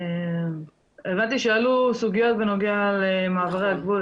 הבנתי שעלו סוגיות בנוגע למעברי הגבול,